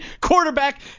quarterback